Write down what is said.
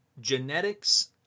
genetics